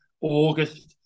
August